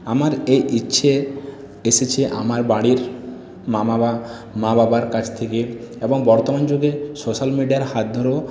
আমার এ ইচ্ছে এসেছে আমার বাড়ির মামা বা মা বাবার কাছ থেকে এবং বর্তমান যুগে সোশ্যাল মিডিয়ার হাত ধরেও